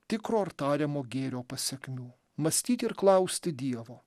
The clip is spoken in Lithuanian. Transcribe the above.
tikro ar tariamo gėrio pasekmių mąstyti ir klausti dievo